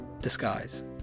disguise